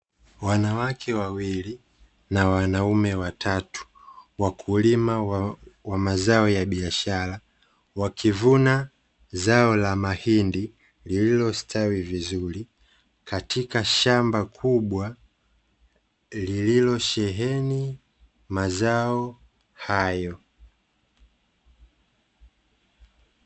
Wanawake wawili na wanaume watatu, wakulima wa mazao ya biashara wakivuna zao la mahindi lililostawi vizuri katika shamba kubwa lililosheheni mazao hayo.